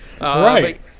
Right